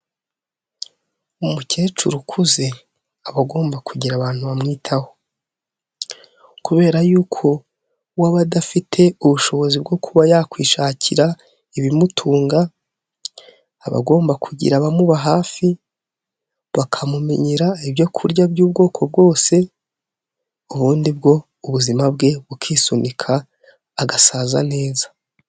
Umukecuru ukuze aba agomba kugira bamwitaho. Kubera yuko we adafite ubushobozi bwo kuba yakwishakira ibimutunga, abagomba kugira abamuba hafi bakamumenyera ibyo kurya by'ubwoko bwose ubundi bwo ubuzima bwe bukisunika agasaza neza.